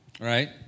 right